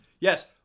Yes